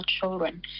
children